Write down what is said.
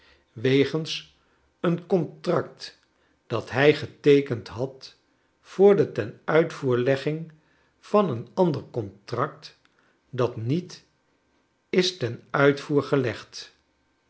wegens een contract dat hij geteekend had voor de tenuitvoerlegging van een ander contract dat niet is ten uitvoer gelegd